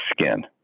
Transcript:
skin